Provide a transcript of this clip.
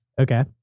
Okay